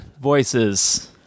voices